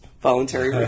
voluntary